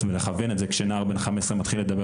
ולכוון את זה כאשר נער בן 15 מתחיל לדבר